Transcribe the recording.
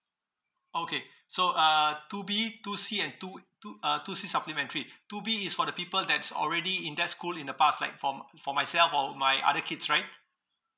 okay so uh two B two C and two two uh two C supplementary two B is for the people that's already in that school in the past like for for myself or my other kids right